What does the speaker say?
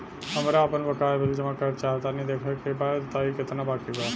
हमरा आपन बाकया बिल जमा करल चाह तनि देखऽ के बा ताई केतना बाकि बा?